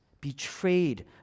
betrayed